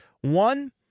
One